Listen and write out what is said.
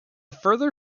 further